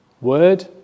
Word